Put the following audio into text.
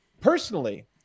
personally